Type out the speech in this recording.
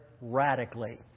radically